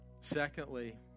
secondly